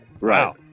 Right